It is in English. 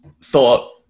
thought